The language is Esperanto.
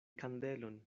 kandelon